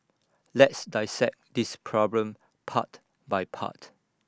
let's dissect this problem part by part